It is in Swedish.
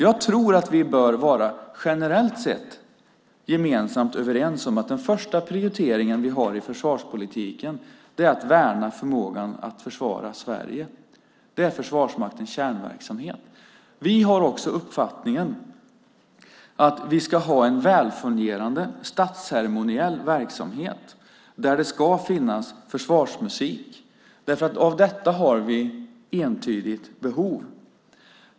Jag tror att vi bör vara generellt sett gemensamt överens om att den första prioriteringen vi har i försvarspolitiken är att värna förmågan att försvara Sverige. Det är Försvarsmaktens kärnverksamhet. Vi har också uppfattningen att vi ska ha en välfungerande statsceremoniell verksamhet där det ska finnas försvarsmusik. Av detta har vi ett entydigt behov.